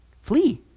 Flee